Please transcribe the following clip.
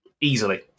Easily